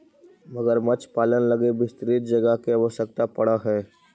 मगरमच्छ पालन लगी विस्तृत जगह के आवश्यकता पड़ऽ हइ